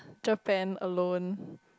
Japan alone